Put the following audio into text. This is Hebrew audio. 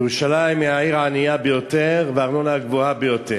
ירושלים היא העיר הענייה ביותר עם הארנונה הגבוהה ביותר.